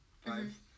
five